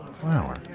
flower